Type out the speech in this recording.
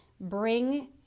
bring